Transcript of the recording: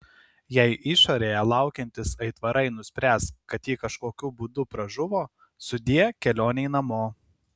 jei išorėje laukiantys aitvarai nuspręs kad ji kažkokiu būdu pražuvo sudie kelionei namo